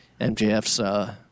MJF's